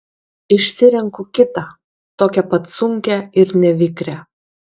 išsirenku kitą tokią pat sunkią ir nevikrią